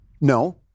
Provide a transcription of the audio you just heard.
No